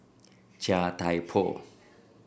Chia Thye Poh